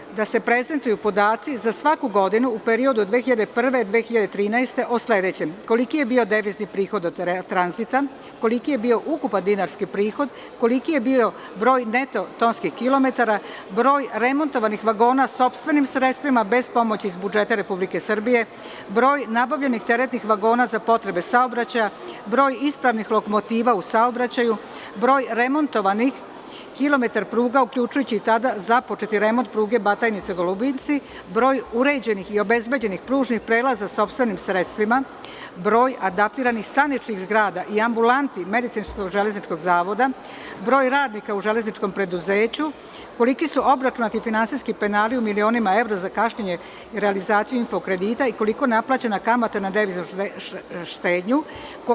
Molimo da se prezentuju podaci za svaku godinu, u periodu od 2001. – 2013. godine, o sledećem: koliki je bio devizni prihod od tranzita, koliki je bio ukupan dinarski prihod, koliki je bio broj neto tonskih kilometara, broj remontovanih vagona sopstvenim sredstvima bez pomoći iz budžeta Republike Srbije, broj nabavljenih teretnih vagona za potrebe saobraćaja, broj ispravnih lokomotiva u saobraćaju, broj remontovanih kilometar pruga uključujući i započeti remont pruge Batajnica – Golubinci, broj uređenih i obezbeđenih pružnih prelaza sa sopstvenim sredstvima, broj adaptiranih staničnih zgrada, ambulanti Medicinsko-železničkog zavoda, broj radnika u železničkom preduzeću, koliki su obračunati finansijski penala u milionima evra za kašnjenje i realizaciju info kredita, koliko naplaćena kamata na deviznu štednju.